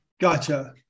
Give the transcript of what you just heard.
Gotcha